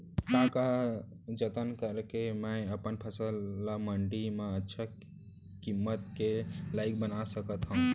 का का जतन करके मैं अपन फसल ला मण्डी मा अच्छा किम्मत के लाइक बना सकत हव?